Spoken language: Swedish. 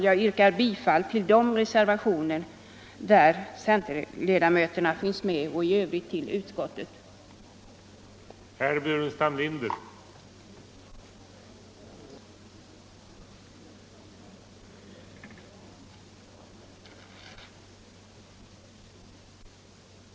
Jag yrkar bifall till de reservationer som centerledamöterna i utskottet är antecknade för och i övrigt till utskottets hemställan.